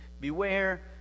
beware